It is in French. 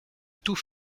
tout